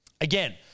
Again